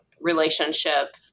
relationship